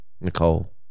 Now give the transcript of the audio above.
nicole